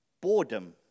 boredom